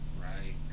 right